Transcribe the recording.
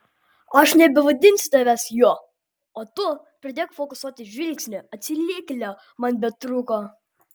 aš nebevadinsiu tavęs juo o tu pradėk fokusuoti žvilgsnį atsilikėlio man betrūko